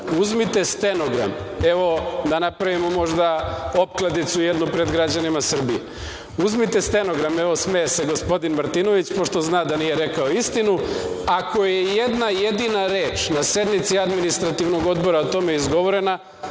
uzmite stenogram, evo da napravimo možda opkladicu jednu pred građanima Srbije. Uzmite stenogram, evo smeje se gospodin Martinović pošto zna da nije rekao istinu, ako je i jedna jedina reč na sednici Administrativnog odbora o tome izgovorena,